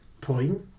point